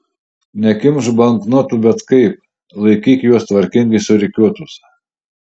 nekimšk banknotų bet kaip laikyk juos tvarkingai surikiuotus